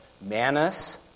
manus